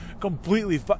completely